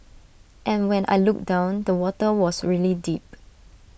and when I looked down the water was really deep